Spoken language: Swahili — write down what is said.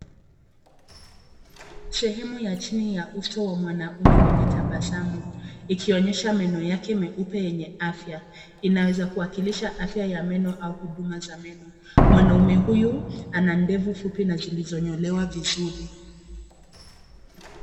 Sehemu ya chini ya uso wa mwanaume mwenye tabasamu, ikionyesha meno yake meupe yenye afya. Inaweza kuwakilisha afya ya meno au huduma za meno. Mwanaume huyu ana ndevu fupi na zilizonyolewa vizuri.